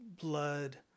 blood